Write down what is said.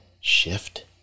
shift